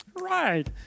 Right